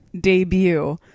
debut